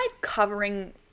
covering